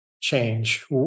change